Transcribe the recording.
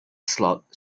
slot